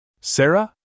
Sarah